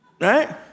Right